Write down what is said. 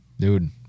Dude